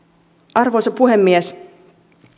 arvoisa puhemies